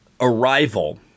Arrival